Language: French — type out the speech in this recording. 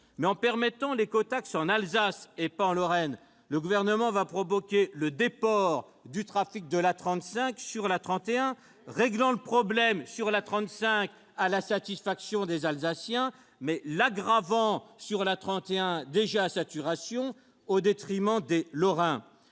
En autorisant l'écotaxe en Alsace, et pas en Lorraine, le Gouvernement va provoquer le déport du trafic de l'A35 sur l'A31, réglant le problème sur l'A35, à la satisfaction des Alsaciens, mais l'aggravant d'autant sur l'A31, déjà à saturation, au détriment des Lorrains.